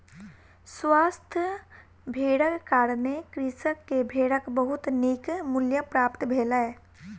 स्वस्थ भेड़क कारणें कृषक के भेड़क बहुत नीक मूल्य प्राप्त भेलै